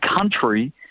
country